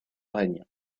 règne